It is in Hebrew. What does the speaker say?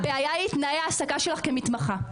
הבעיה היא תנאי העסקה שלך כמתמחה.